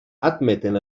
admeten